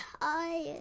tired